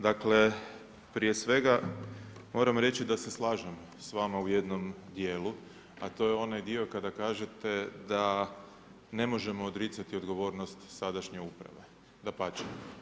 Dakle, prije svega moram reći da se slažem s vama u jednom dijelu a to je onaj dio kada kažete da ne možemo odricati odgovornost sadašnje uprave, dapače.